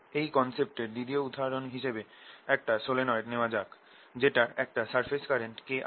এই কনসেপ্ট এর দ্বিতীয় উদাহরণ হিসেবে একটা সলিনয়েড নেওয়া যাক যেটার একটা সারফেস কারেন্ট K আছে